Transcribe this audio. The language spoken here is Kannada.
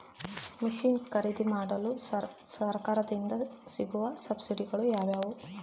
ಮಿಷನ್ ಖರೇದಿಮಾಡಲು ಸರಕಾರದಿಂದ ಸಿಗುವ ಸಬ್ಸಿಡಿಗಳು ಯಾವುವು?